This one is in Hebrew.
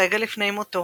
רגע לפני מותו